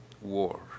War